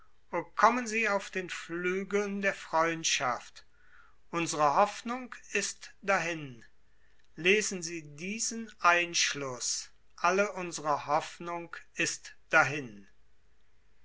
kommen sie auf flügeln der freundschaft unsre hoffnung ist dahin lesen sie diesen einschluß alle unsre hoffnung ist dahin